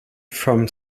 from